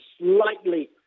slightly